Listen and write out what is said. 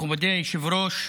מכובדי היושב-ראש,